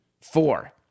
Four